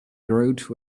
wrote